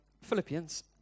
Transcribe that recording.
Philippians